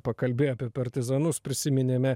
pakalbėję apie partizanus prisiminėme